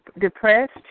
depressed